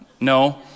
No